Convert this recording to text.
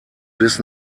bis